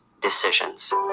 decisions